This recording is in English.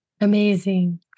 Amazing